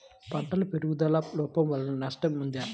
పంటల పెరుగుదల లోపం వలన నష్టము ఉంటుందా?